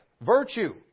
virtue